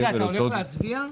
אתה הולך להצביע?